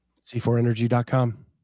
C4energy.com